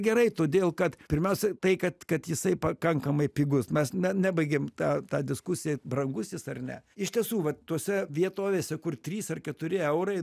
gerai todėl kad pirmiausia tai kad kad jisai pakankamai pigus mes ne nebaigėm ta ta diskusija brangus jis ar ne iš tiesų va tose vietovėse kur trys ar keturi eurai